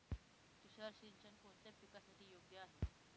तुषार सिंचन कोणत्या पिकासाठी योग्य आहे?